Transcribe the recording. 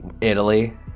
Italy